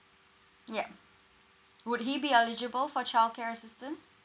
ya would he be eligible for childcare assistance